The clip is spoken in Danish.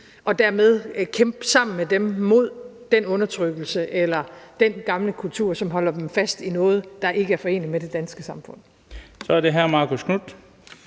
og dermed kæmpe sammen med dem mod den undertrykkelse eller den gamle kultur, som holder dem fast i noget, der ikke er foreneligt med det danske samfund. Kl. 13:54 Den fg.